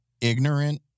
ignorant